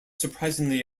surprisingly